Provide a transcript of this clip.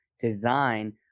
design